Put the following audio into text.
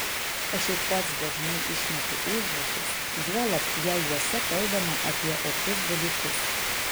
aš ir pats dažnai išmetu užrašus juolab jei juose kalbama apie opius dalykus